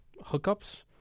hookups